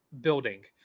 building